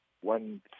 one